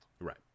Right